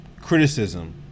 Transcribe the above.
criticism